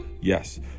Yes